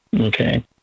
Okay